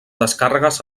descàrregues